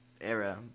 era